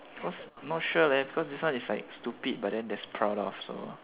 cause not sure leh cause this one is like stupid but then there's proud of so